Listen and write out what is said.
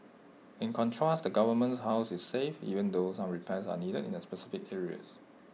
in contrast the government's house is safe even though some repairs are needed in specific areas